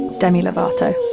demi lovato.